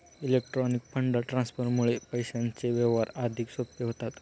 electronic fund ट्रान्सफरमुळे पैशांचे व्यवहार अधिक सोपे होतात